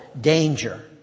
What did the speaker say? danger